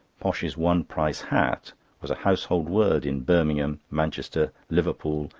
posh's one price hat was a household word in birmingham, manchester, liverpool,